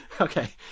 Okay